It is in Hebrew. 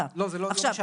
לא, זה לא מה שאמרתי.